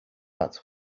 that